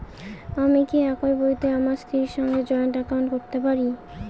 আমি কি একই বইতে আমার স্ত্রীর সঙ্গে জয়েন্ট একাউন্ট করতে পারি?